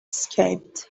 escaped